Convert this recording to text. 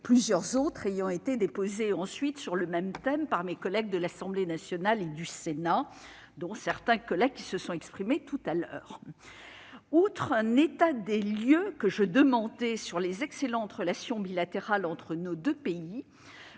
plusieurs autres ayant été déposées ensuite sur le même thème par mes collègues de l'Assemblée nationale et du Sénat, dont certains se sont exprimés précédemment. Outre une demande d'état des lieux sur les excellentes relations bilatérales entre nos deux pays,